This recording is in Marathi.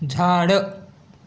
झाड